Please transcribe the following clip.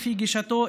לפי גישתו,